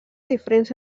diferents